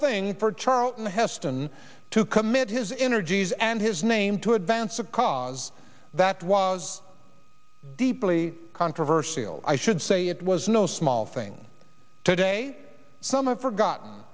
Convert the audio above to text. thing for charlton heston to commit his energies and his name to advance a cause that was deeply controversial i should say it was no small thing today some of forgot